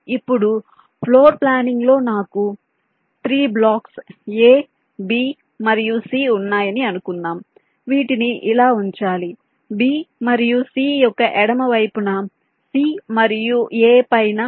ఇప్పుడు ఫ్లోర్ ప్లానింగ్లో నాకు 3 బ్లాక్స్ a b మరియు c ఉన్నాయని అనుకుందాం వీటిని ఇలా ఉంచాలి b మరియు c యొక్క ఎడమ వైపున c మరియు a పైన b